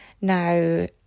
Now